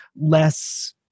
less